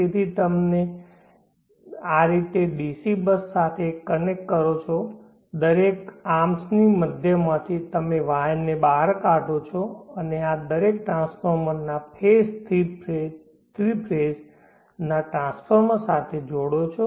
તેથી તમે તેમને આ રીતે ડીસી બસ સાથે કનેક્ટ કરો છો અને દરેક આર્મ્સ ની મધ્યમાંથી તમે વાયરને બહાર કાઢો છો અને તેને દરેક ટ્રાન્સફોર્મરના ફેજ થ્રી ફેજ ના ટ્રાન્સફોર્મર સાથે જોડો છો